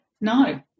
No